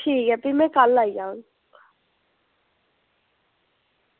ठीक ऐ भी में कल्ल आई जाहङ